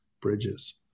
bridges